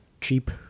cheap